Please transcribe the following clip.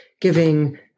giving